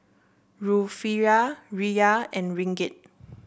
Rufiyaa Riyal and Ringgit